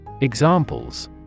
Examples